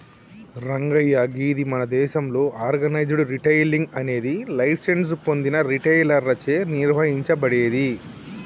రంగయ్య గీది మన దేసంలో ఆర్గనైజ్డ్ రిటైలింగ్ అనేది లైసెన్స్ పొందిన రిటైలర్లచే నిర్వహించబడేది